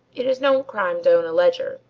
it is no crime to own a ledger,